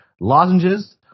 lozenges